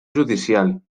judicial